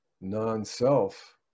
non-self